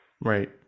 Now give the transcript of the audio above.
Right